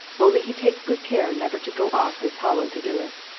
only he takes good care never to go off this hollow to do it.